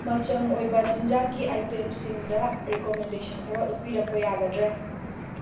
ꯃꯆꯪ ꯑꯣꯏꯕ ꯆꯤꯟꯖꯥꯛꯀꯤ ꯑꯥꯏꯇꯦꯝꯁꯤꯡꯗ ꯔꯦꯀꯣꯃꯦꯟꯗꯦꯁꯟ ꯈꯔ ꯎꯠꯄꯤꯔꯛꯄ ꯌꯥꯒꯗ꯭ꯔꯥ